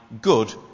good